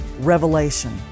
Revelation